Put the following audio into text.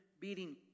beating